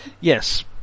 Yes